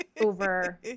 over